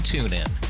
TuneIn